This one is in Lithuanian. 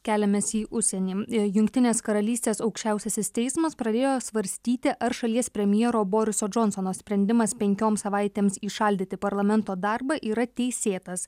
keliamės į užsienį jungtinės karalystės aukščiausiasis teismas pradėjo svarstyti ar šalies premjero boriso džonsono sprendimas penkioms savaitėms įšaldyti parlamento darbą yra teisėtas